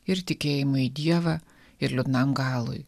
ir tikėjimui dievą ir liūdnam galui